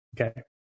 Okay